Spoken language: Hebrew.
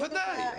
בוודאי.